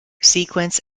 sequence